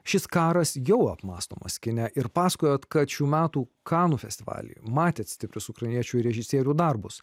šis karas jau apmąstomas kine ir pasakojo kad šių metų kanų festivalyje matėte stiprius ukrainiečių režisierių darbus